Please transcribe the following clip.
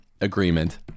agreement